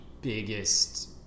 biggest